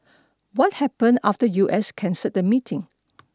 what happened after U S cancelled the meeting